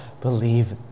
believe